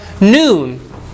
noon